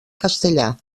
castellà